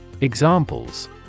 Examples